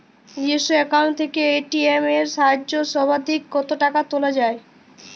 নিজস্ব অ্যাকাউন্ট থেকে এ.টি.এম এর সাহায্যে সর্বাধিক কতো টাকা তোলা যায়?